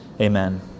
Amen